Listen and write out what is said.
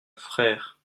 frère